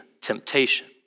temptation